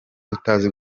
utazi